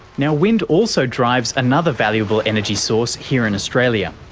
now, wind also drives another valuable energy source here in australia.